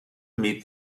meet